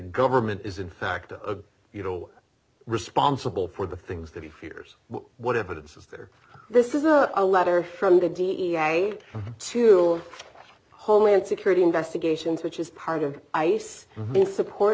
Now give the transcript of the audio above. government is in fact a you know responsible for the things that he fears what evidence is there this is a letter from the da to homeland security investigations which is part of ice in support